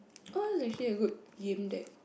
oh it's actually a good game that